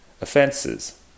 offences